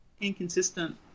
Inconsistent